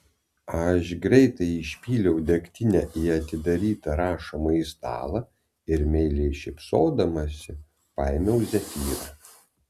aš greitai išpyliau degtinę į atidarytą rašomąjį stalą ir meiliai šypsodamasi paėmiau zefyrą